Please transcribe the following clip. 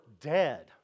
dead